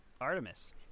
Artemis